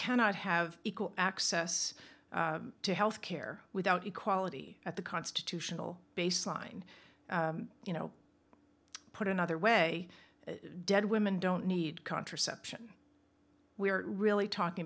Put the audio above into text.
cannot have equal access to health care without equality at the constitutional baseline you know put another way dead women don't need contraception we're really talking